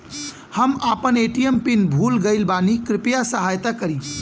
हम आपन ATM PIN भूल गईल बानी कृपया सहायता करी